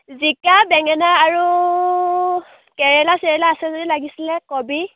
জিকা বেঙেনা আৰু কেৰেলা চেৰেলা আছে যদি লাগিছিলে কবি